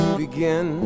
begin